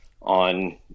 on